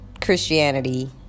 Christianity